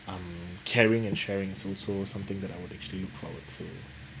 um caring and sharing is also something that I would actually look forward to